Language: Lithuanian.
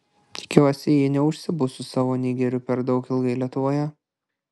tikiuosi ji neužsibus su savo nigeriu per daug ilgai lietuvoje